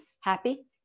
happy